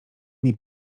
nie